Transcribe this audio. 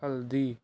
ਹਲਦੀ